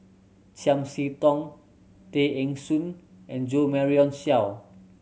Chiam See Tong Tay Eng Soon and Jo Marion Seow